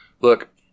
look